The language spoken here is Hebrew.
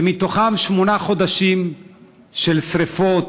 שמתוכן שמונה חודשים של שרפות,